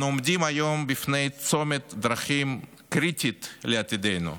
אנו עומדים היום בפני צומת דרכים קריטי לעתידנו: